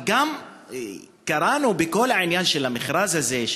אבל גם קראנו בכל העניין של המכרז הזה,